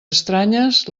estranyes